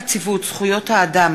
הצעת חוק נציבות זכויות האדם,